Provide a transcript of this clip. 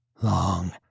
Long